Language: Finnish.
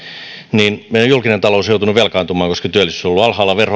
niin meidän julkinen taloutemme on joutunut velkaantumaan ja koska työllisyys on ollut alhaalla